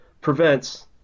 prevents